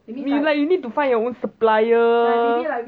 you like you need to find your own supplier